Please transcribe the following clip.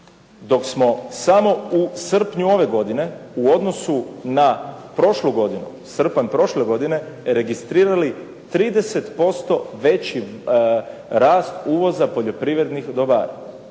dok smo samo u srpnju ove godine u odnosu na prošlu godinu, srpanj prošle godine registrirali 30% veći rast uvoza poljoprivrednih dobara.